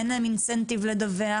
אין להם INCENTIVE לדווח,